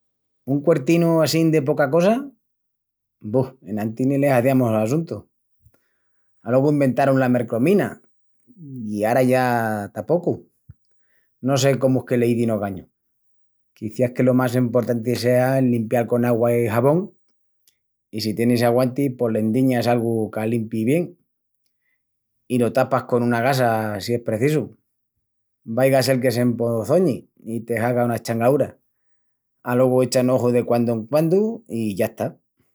Un cuertinu assín de poca cosa? Bu, enantis ni le haziamus assuntu. Alogu inventarun la mercromina i ara ya tapocu. No sé cómu es que l'izin ogañu. Quiciás que lo más emportanti sea el limpial con augua i xabòn i si tienis aguanti, pos l'endiñas algu que alimpi bien, i lo tapas con una gasa si es precisu. Vaiga sel que s'empoçoñi i te haga una eschangaúra. Alogu echa un oju de quandu en quandu i yasta.